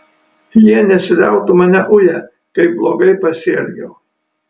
jie nesiliautų mane uję kaip blogai pasielgiau